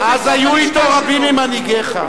אז היו אתו רבים ממנהיגיך.